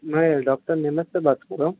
میں ڈاکٹر نعمت سے بات کر رہا ہوں